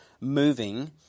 moving